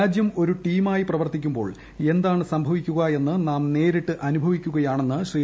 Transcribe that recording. രാജ്യം ഒരു ടീമായി പ്രവർത്തിക്കുമ്പോൾ എന്താണ് സംഭവിക്കുകയെന്ന് നാം നേരിട്ട് അനുഭവിക്കുകയാണെന്നു ശ്രീ